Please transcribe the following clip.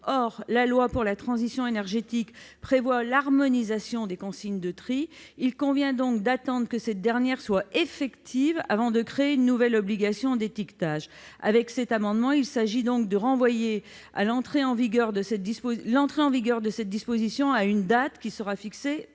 Or la loi relative à la transition énergétique prévoit l'harmonisation des consignes de tri. Il convient donc d'attendre que cette dernière soit effective avant de créer une nouvelle obligation d'étiquetage. C'est pourquoi cet amendement tend à renvoyer l'entrée en vigueur de cette disposition à une date fixée par décret.